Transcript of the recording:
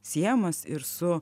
siejamas ir su